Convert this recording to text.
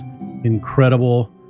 incredible